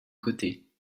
côtés